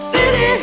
City